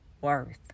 worth